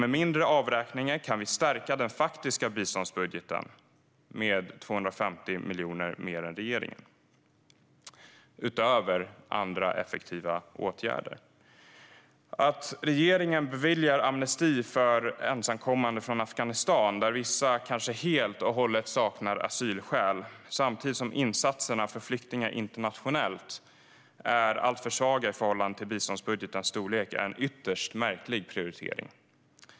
Med mindre avräkningar kan vi stärka den faktiska biståndsbudgeten med 250 miljoner mer än regeringen, utöver andra effektiva åtgärder. Att regeringen beviljar amnesti för ensamkommande från Afghanistan - vissa kanske helt och hållet saknar asylskäl - samtidigt som insatserna för flyktingar internationellt är alltför svaga i förhållande till biståndsbudgetens storlek är en ytterst märklig prioritering.